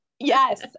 Yes